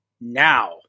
now